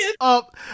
up